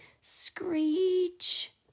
Screech